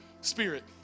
spirit